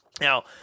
Now